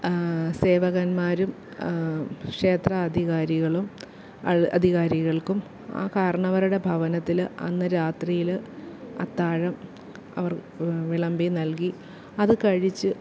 സേവകന്മാരും ക്ഷേത്രാധികാരികളും അധികാരികൾക്കും ആ കാരണവരുടെ ഭവനത്തിൽ അന്ന് രാത്രിയിൽ അത്താഴം അവർക്ക് വിളമ്പി നൽകി അത് കഴിച്ച്